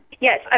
Yes